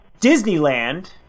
disneyland